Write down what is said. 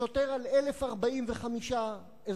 שוטר ל-1,045 אזרחים,